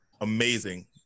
amazing